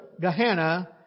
Gehenna